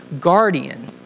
guardian